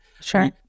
Sure